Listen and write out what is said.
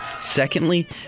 secondly